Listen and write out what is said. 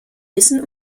wissen